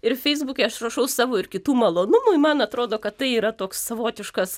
ir feisbuke aš rašau savo ir kitų malonumui man atrodo kad tai yra toks savotiškas